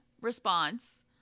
response